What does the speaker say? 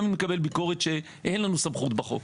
גם אם נקבל ביקורת שאין לנו סמכות בחוק.